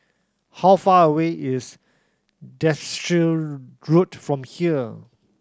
how far away is Derbyshire Road from here